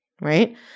right